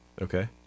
Okay